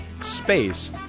space